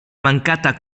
mancata